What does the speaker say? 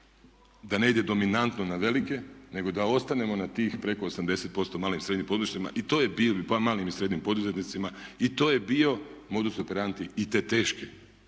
da ne ide dominanto na velike, nego da ostanemo na tih preko 80% malim i srednjim poduzetništva, malim i srednjim poduzetnicima i to je